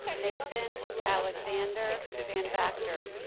nathan alexander vanvactor